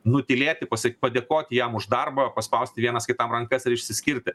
nutylėti pasa padėkoti jam už darbą paspausti vienas kitam rankas ir išsiskirti